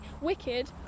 Wicked